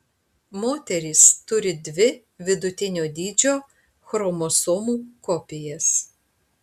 moterys turi dvi vidutinio dydžio chromosomų kopijas